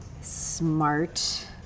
smart